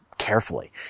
carefully